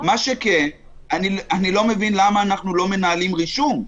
אני לא מבין למה אנחנו לא מנהלים רישום.